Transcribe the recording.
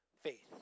faith